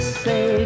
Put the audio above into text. say